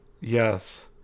Yes